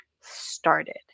started